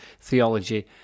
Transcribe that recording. theology